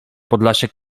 podlasiak